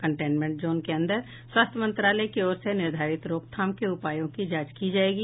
containment zone के अंदर स्वास्थ्य मंत्रालय की ओर से निर्धारित रोकथाम के उपायों की जांच की जाएगी